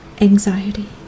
anxiety